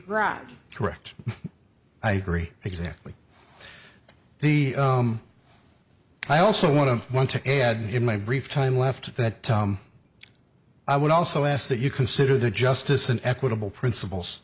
correct i agree exactly the i also want to want to add in my brief time left that i would also ask that you consider the justice an equitable principles